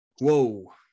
whoa